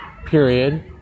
period